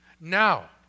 Now